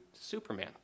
Superman